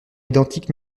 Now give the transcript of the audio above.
identiques